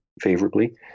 favorably